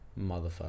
Motherfucker